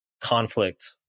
conflict